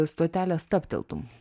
stotelės stabteltum